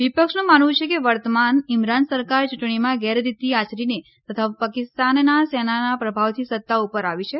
વિપક્ષનું માનવું છે કે વર્તમાન ઇમરાન સરકાર ચૂંટણીમાં ગેરરીતિ આચરીને તથા પાકિસ્તાની સેનાના પ્રભાવથી સત્તા ઉપર આવી છે